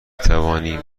توانیم